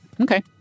okay